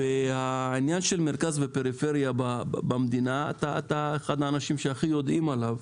העניין של מרכז ופריפריה במדינה אתה אחד מהאנשים שהכי יודעים עליו.